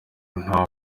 nta